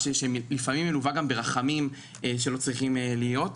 ושלפעמים מלווה גם ברחמים שלא צריכים להיות.